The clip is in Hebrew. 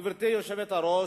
גברתי היושבת-ראש,